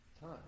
time